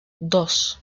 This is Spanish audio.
dos